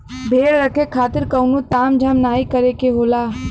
भेड़ रखे खातिर कउनो ताम झाम नाहीं करे के होला